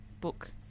book